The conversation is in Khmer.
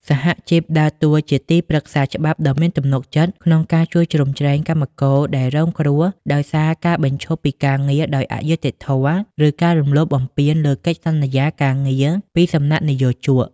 សហជីពដើរតួជាទីប្រឹក្សាច្បាប់ដ៏មានទំនុកចិត្ត ក្នុងការជួយជ្រោមជ្រែងកម្មករដែលរងគ្រោះដោយសារការបញ្ឈប់ពីការងារដោយអយុត្តិធម៌ ឬការរំលោភលើកិច្ចសន្យាការងារពីសំណាក់និយោជក។